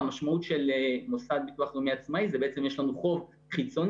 המשמעות של מוסד ביטוח לאומי עצמאי זה בעצם יש לנו חוב חיצוני,